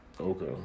Okay